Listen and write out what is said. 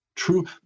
true